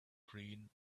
green